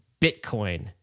bitcoin